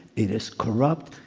it is corrupt,